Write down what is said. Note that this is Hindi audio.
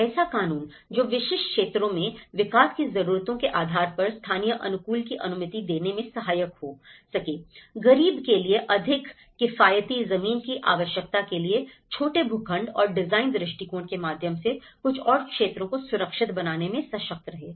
एक ऐसा कानून जो विशिष्ट क्षेत्रों में विकास की जरूरतों के आधार पर स्थानीय अनुकूलन की अनुमति देने मैं सहायक हो सके गरीबों के लिए अधिक किफायती जमीन की आवश्यकताओं के लिए छोटे भूखंड और डिजाइन दृष्टिकोण के माध्यम से कुछ और क्षेत्रों को सुरक्षित बनाने मैं सशक्त रहे